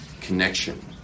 connection